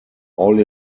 all